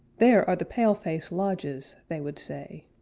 there are the pale-face lodges, they would say.